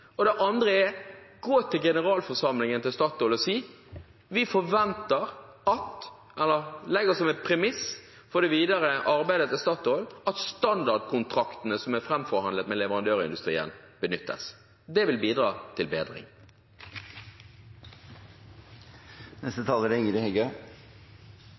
Det andre er: Gå til generalforsamlingen til Statoil og si: Vi legger som et premiss for det videre arbeidet til Statoil at standardkontraktene som er fremforhandlet med leverandørindustrien, benyttes. Det vil bidra til